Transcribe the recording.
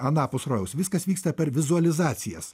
anapus rojaus viskas vyksta per vizualizacijas